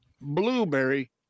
blueberry